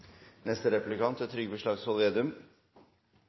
Neste replikant er